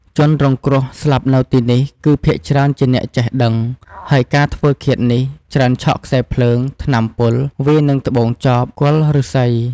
ជនរងគ្រោះស្លាប់នៅទីនេះ គឺភាគច្រើនជាអ្នកចេះដឹង ហើយការធ្វើឃាតនេះ ច្រើនឆក់ខ្សែភ្លើង ថ្នាំពុល វាយនឹងត្បូងចប គល់ឫស្សី។